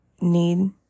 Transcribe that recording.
need